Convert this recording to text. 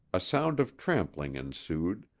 a sound of trampling ensued,